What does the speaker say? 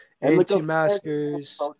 Anti-maskers